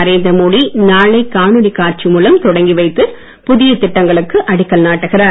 நரேந்திர மோடி நாளை காணொளி காட்சி மூலம் தொடங்கி வைத்து புதிய திட்டங்களுக்கு அடிக்கல் நாட்டுகிறார்